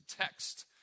text